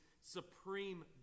supreme